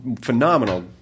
phenomenal